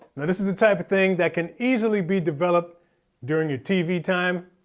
this is a type of thing that can easily be developed during your tv time.